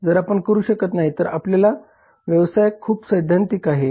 जर आपण करू शकत नाही तर आपला व्यवसाय खूप सैद्धांतिक आहे